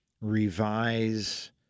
revise